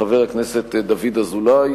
חבר הכנסת דוד אזולאי,